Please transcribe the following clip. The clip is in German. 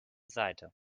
seite